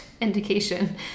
indication